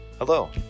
Hello